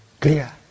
clear